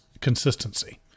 consistency